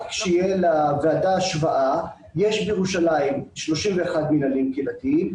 כדי שתהיה לוועדה השוואה יש בירושלים 31 מינהלים קהילתיים,